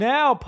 Now